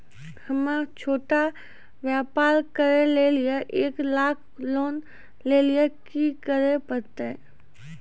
हम्मय छोटा व्यापार करे लेली एक लाख लोन लेली की करे परतै?